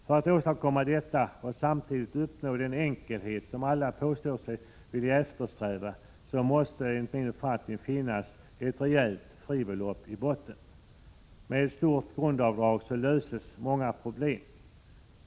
För att åstadkomma detta och samtidigt uppnå den enkelhet som alla påstår sig vilja eftersträva måste det finnas ett rejält fribelopp i botten. Med ett stort grundavdrag löses många problem.